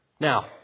Now